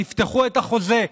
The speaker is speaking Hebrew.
תפתחו את החוזה.